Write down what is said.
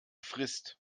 frist